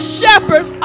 shepherd